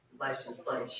legislation